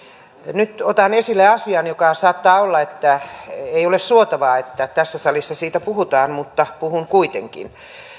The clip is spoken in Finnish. nyt otan esille asian saattaa olla että ei ole suotavaa että tässä salissa siitä puhutaan mutta puhun kuitenkin